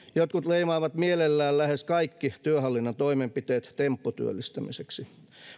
leimaavat mielellään lähes kaikki työhallinnon toimenpiteet tempputyöllistämiseksi